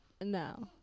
no